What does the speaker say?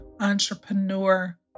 entrepreneur